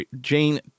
Jane